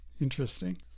interesting